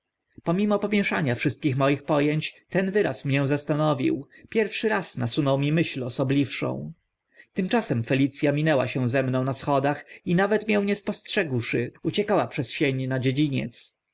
pomimo pomieszania wszystkich moich po ęć ten wyraz mię zastanowił pierwszy raz nasunął mi myśl osobliwszą tymczasem felic a minęła się ze mną na schodach i nawet mię nie spostrzegłszy uciekała przez sień na dziedziniec